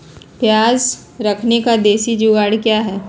प्याज रखने का देसी जुगाड़ क्या है?